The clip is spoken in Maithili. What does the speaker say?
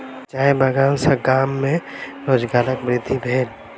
चाय बगान सॅ गाम में रोजगारक वृद्धि भेल